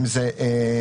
אם זה אסטוניה,